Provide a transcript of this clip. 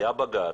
היה בג"צ,